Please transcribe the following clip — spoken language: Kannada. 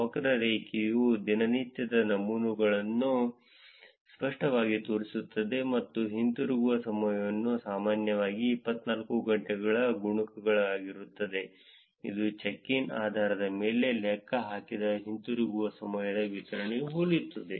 ವಕ್ರರೇಖೆಯು ದಿನನಿತ್ಯದ ನಮೂನೆಗಳನ್ನು ಸ್ಪಷ್ಟವಾಗಿ ತೋರಿಸುತ್ತದೆ ಮತ್ತು ಹಿಂತಿರುಗುವ ಸಮಯವು ಸಾಮಾನ್ಯವಾಗಿ 24 ಗಂಟೆಗಳ ಗುಣಕಗಳಾಗಿರುತ್ತದೆ ಇದು ಚೆಕ್ ಇನ್ಗಳ ಆಧಾರದ ಮೇಲೆ ಲೆಕ್ಕಹಾಕಿದ ಹಿಂತಿರುಗುವ ಸಮಯದ ವಿತರಣೆಯನ್ನು ಹೋಲುತ್ತದೆ